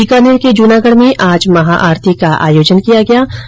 बीकानेर के जूनागढ में आज महाआरती का आयोजन किया जाएगा